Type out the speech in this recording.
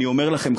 אני אומר לכם,